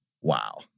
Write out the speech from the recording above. Wow